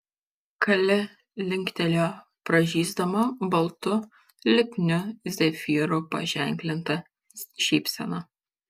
kali linktelėjo pražysdama baltu lipniu zefyru paženklinta šypsena